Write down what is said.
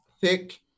thick